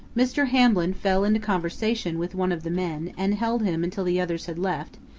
mr. hamblin fell into conversation with one of the men and held him until the others had left,